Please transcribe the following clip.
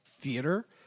theater